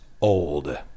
old